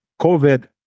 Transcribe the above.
COVID